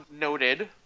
noted